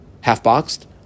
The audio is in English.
half-boxed